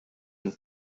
and